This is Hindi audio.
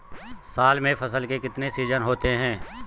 साल में फसल के कितने सीजन होते हैं?